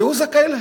והוא זכאי?